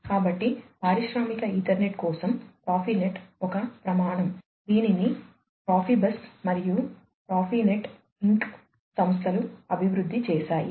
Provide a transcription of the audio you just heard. తరువాత PROFINET protocol సంస్థలు అభివృద్ధి చేశాయి